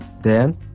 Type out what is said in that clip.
Dan